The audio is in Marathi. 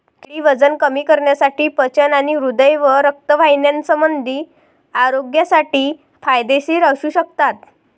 केळी वजन कमी करण्यासाठी, पचन आणि हृदय व रक्तवाहिन्यासंबंधी आरोग्यासाठी फायदेशीर असू शकतात